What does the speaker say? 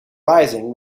rising